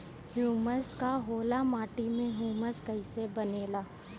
Humus का होला माटी मे ह्यूमस कइसे बनेला?